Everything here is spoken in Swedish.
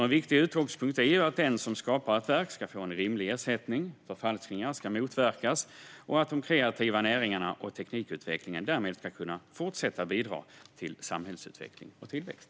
En viktig utgångspunkt är att den som skapar ett verk ska få en rimlig ersättning, att förfalskningar ska motverkas och att de kreativa näringarna och teknikutvecklingen därmed ska kunna fortsätta att bidra till samhällsutveckling och tillväxt.